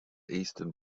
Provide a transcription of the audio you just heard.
eastern